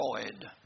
destroyed